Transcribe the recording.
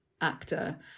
actor